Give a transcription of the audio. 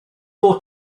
more